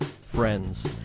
friends